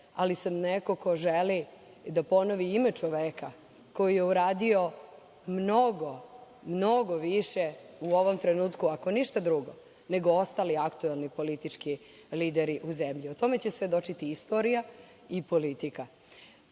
ali sam neko ko želi da ponovi ime čoveka koji je uradio mnogo, mnogo više u ovom trenutku, ako ništa drugo, nego ostali aktuelni politički lideri u zemlji. O tome će svedočiti istorija i politika. Hoću